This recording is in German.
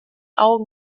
augen